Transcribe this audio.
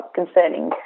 concerning